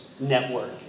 network